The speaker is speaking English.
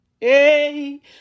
Hey